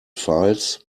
files